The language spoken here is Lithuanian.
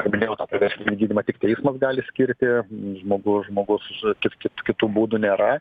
kaip minėjau tą priverstinį gydymą tik teismas gali skirti žmogu žmogus kit kit kitų būdų nėra